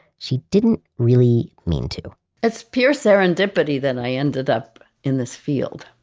she didn't really mean to it's pure serendipity that i ended up in this field.